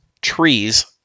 trees